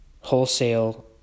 wholesale